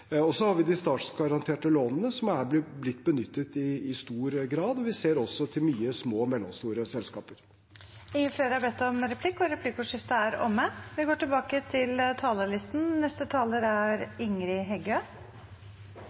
stabilisere. Så har vi de statsgaranterte lånene, som har blitt benyttet i stor grad, og vi ser også til mange små og mellomstore selskaper. Replikkordskiftet er omme. At norske bankar er